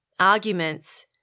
arguments